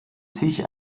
sich